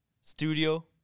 studio